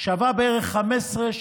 שווה בערך 15,